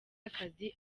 akazi